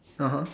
(uh huh)